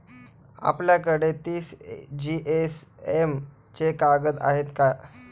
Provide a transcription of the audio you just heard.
आपल्याकडे तीस जीएसएम चे कागद आहेत का?